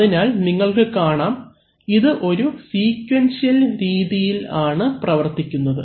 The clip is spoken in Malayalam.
അതിനാൽ നിങ്ങൾക്ക് കാണാം ഇത് ഒരു സ്വീകുവെന്ഷിയൽ രീതിയിൽ ആണ് പ്രവർത്തിക്കുന്നത്